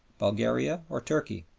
bulgaria or turkey,